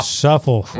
shuffle